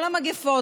כל המגפות,